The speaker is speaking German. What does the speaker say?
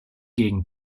gegen